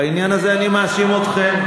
בעניין הזה אני מאשים אתכם.